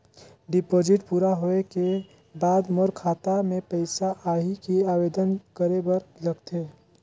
Deposit पूरा होय के बाद मोर खाता मे पइसा आही कि आवेदन करे बर लगथे?